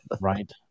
Right